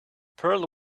pearl